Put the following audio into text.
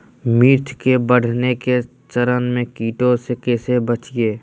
मिर्च के बढ़ने के चरण में कीटों से कैसे बचये?